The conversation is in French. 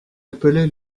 appelait